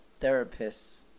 therapists